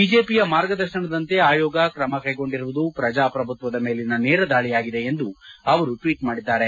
ಬಿಜೆಪಿಯ ಮಾರ್ಗದರ್ಶನದಂತೆ ಆಯೋಗ ಕ್ರಮಕೈಗೊಂಡಿರುವುದು ಪ್ರಜಾಪ್ರಭುತ್ವದ ಮೇಲಿನ ನೇರ ದಾಳಿಯಾಗಿದೆ ಎಂದು ಅವರು ಟ್ಲೀಟ್ ಮಾಡಿದ್ದಾರೆ